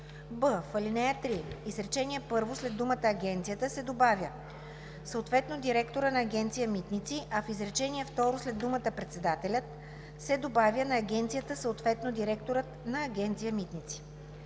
в ал. 3, изречение първо след думата „агенцията“ се добавя „съответно директора на Агенция „Митници“, а в изречение второ след думата „Председателят“ се добавя „на агенцията, съответно директорът на Агенция „Митници“;